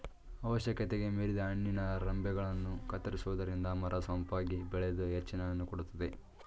ಅವಶ್ಯಕತೆಗೆ ಮೀರಿದ ಹಣ್ಣಿನ ರಂಬೆಗಳನ್ನು ಕತ್ತರಿಸುವುದರಿಂದ ಮರ ಸೊಂಪಾಗಿ ಬೆಳೆದು ಹೆಚ್ಚಿನ ಹಣ್ಣು ಕೊಡುತ್ತದೆ